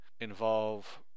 involve